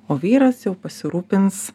o vyras jau pasirūpins